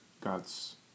God's